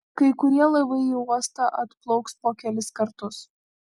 kai kurie laivai į uostą atplauks po kelis kartus